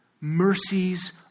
Mercies